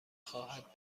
خواهد